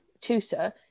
tutor